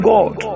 God